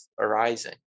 arising